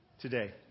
today